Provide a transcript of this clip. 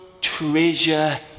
treasure